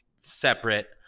separate